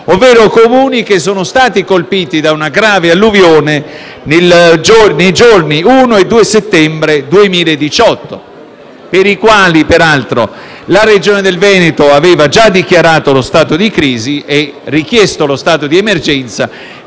ovvero Comuni che sono stati colpiti da una grave alluvione nei giorni 1° e 2 settembre 2018, per i quali peraltro la Regione Veneto aveva già dichiarato lo stato di crisi e richiesto lo stato di emergenza,